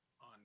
on